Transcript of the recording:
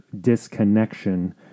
disconnection